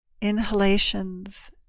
inhalations